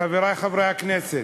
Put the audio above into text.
חברי חברי הכנסת,